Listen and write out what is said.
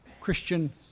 Christian